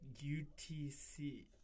UTC